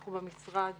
אנחנו במשרד